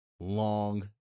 Long